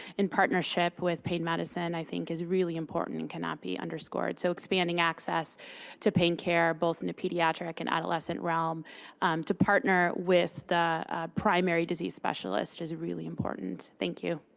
in partnership with pain medicine, i think, is really important and cannot be underscored. so expanding access to pain care, both in the pediatric and adolescent realm to partner with the primary disease specialist is really important. thank you.